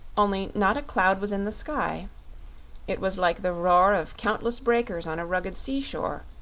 only not a cloud was in the sky it was like the roar of countless breakers on a rugged seashore,